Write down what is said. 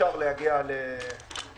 אפשר להגיע להבנה